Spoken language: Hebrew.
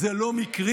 זה לא מקרי,